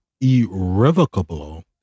irrevocable